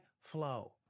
flow